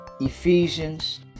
Ephesians